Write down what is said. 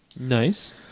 nice